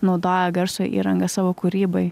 naudoja garso įrangą savo kūrybai